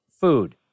food